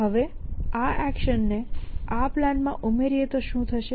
હવે આ એક્શન ને આ પ્લાનમાં ઉમેરીએ તો શું થશે